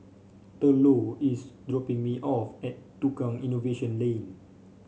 Thurlow is dropping me off at Tukang Innovation Lane